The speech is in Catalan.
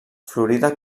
florida